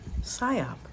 PSYOP